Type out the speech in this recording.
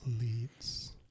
leads